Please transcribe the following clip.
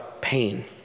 pain